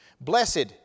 Blessed